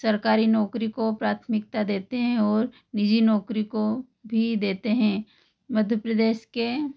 सरकारी नौकरी को प्राथमिकता देते हैं और निजी नौकरी को भी देते हैं मध्य प्रदेश के